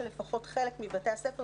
של לפחות חלק מבתי הספר,